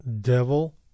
Devil